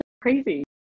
crazy